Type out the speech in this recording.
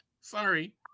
Sorry